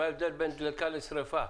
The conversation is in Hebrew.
מה ההבדל בין דליקה לשריפה?